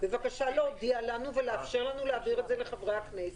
בבקשה להודיע לנו ולאפשר לנו להעביר את זה לחברי הכנסת.